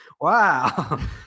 Wow